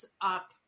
up